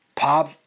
Pop